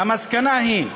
המסקנה היא,